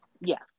Yes